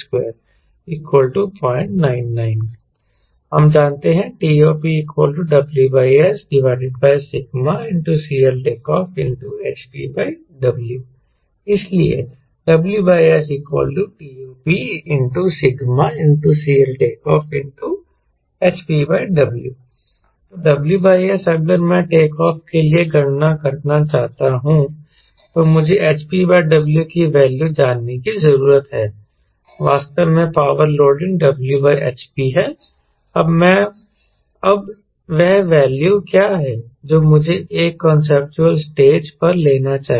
1 112099 हम जानते है TOP W Sσ CLTOhpW इसलिए WSTOPσCLTO hpW तो WS अगर मैं टेकऑफ़ के लिए गणना करना चाहता हूं तो मुझे hpW की वैल्यू जानने की जरूरत है वास्तव में पावर लोडिंग Whp है अब वह वैल्यू क्या है जो मुझे एक कांसेप्चुअल स्टेज पर लेना चाहिए